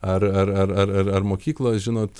ar ar ar ar ar mokyklos žinot